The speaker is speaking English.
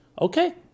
okay